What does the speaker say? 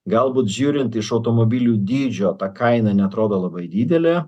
galbūt žiūrint iš automobilių dydžio ta kaina neatrodo labai didelė